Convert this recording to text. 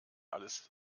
alles